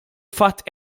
fatt